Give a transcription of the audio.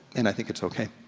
and i think it's okay.